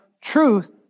truth